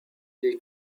les